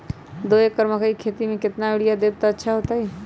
दो एकड़ मकई के खेती म केतना यूरिया देब त अच्छा होतई?